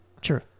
True